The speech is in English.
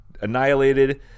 annihilated